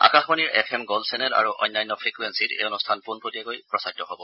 আকাশবাণীৰ F M Gold channel আৰু অন্যান্য ফ্ৰিকুৱেঞ্চিত এই অনুষ্ঠান পোনপটীয়াকৈ প্ৰচাৰিত হ'ব